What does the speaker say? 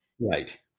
Right